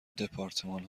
دپارتمان